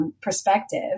perspective